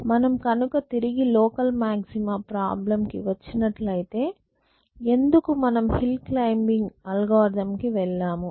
మనం కనుక తిరిగి లోకల్ మాక్సిమా ప్రాబ్లెమ్ కి వచ్చినట్లైతే ఎందుకు మనం హిల్ క్లైమ్బింగ్ అల్గోరిథం కి వెళ్ళాము